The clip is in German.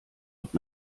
mit